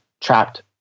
trapped